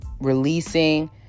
releasing